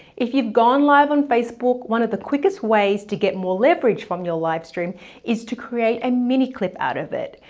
if you've gone live on facebook, one of the quickest ways to get more leverage from your live stream is to create a mini clip out of it.